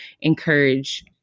encourage